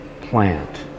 plant